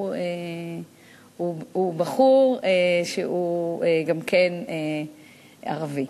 גם הוא בחור ערבי.